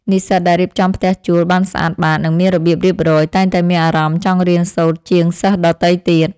និស្សិតដែលរៀបចំផ្ទះជួលបានស្អាតបាតនិងមានរបៀបរៀបរយតែងតែមានអារម្មណ៍ចង់រៀនសូត្រជាងសិស្សដទៃទៀត។